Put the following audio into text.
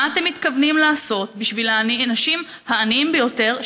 מה אתם מתכוונים לעשות בשביל האנשים העניים ביותר,